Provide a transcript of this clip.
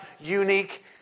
unique